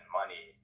money